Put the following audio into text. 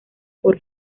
por